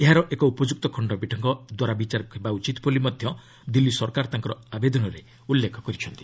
ଏହାର ଏକ ଉପଯୁକ୍ତ ଖଣ୍ଡପୀଠଙ୍କ ଦ୍ୱାରା ବିଚାର ହେବା ଉଚିତ୍ ବୋଲି ମଧ୍ୟ ଦିଲ୍ଲୀ ସରକାର ତାଙ୍କର ଆବେଦନରେ ଉଲ୍ଲେଖ କରିଥିଲେ